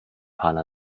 hanna